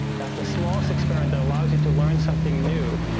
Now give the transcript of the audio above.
that's the smallest experiment that allows you to learn something new,